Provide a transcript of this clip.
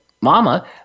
mama